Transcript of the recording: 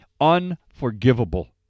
Unforgivable